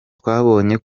twabonye